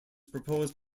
proposed